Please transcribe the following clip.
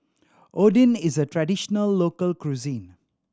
oden is a traditional local cuisine